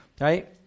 right